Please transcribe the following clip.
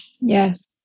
Yes